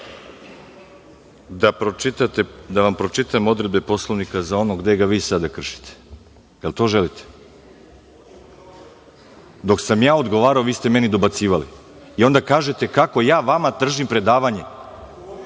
da vam pročitam odredbe Poslovnika za ono gde ga vi sada kršite, jel to želite? Dok sam ja odgovarao vi ste meni dobacili i onda kažete kako ja vama držim predavanje.(Saša